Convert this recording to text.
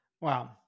Wow